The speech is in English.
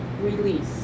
release